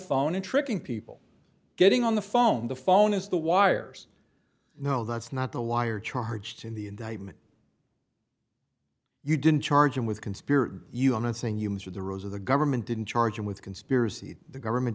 phone and tricking people getting on the phone the phone is the wires no that's not the liar charged in the indictment you didn't charge him with conspiracy you are missing humans are the rules of the government didn't charge him with conspiracy the government